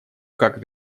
как